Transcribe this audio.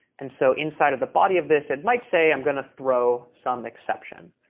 and so inside of the body of this it might say i'm going to throw some exception.